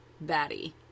batty